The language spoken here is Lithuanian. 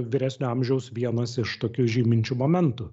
vyresnio amžiaus vienas iš tokių žyminčių momentų